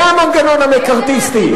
זה המנגנון המקארתיסטי.